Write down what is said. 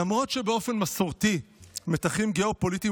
למרות שבאופן מסורתי מתחים גיאו-פוליטיים